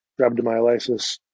rhabdomyolysis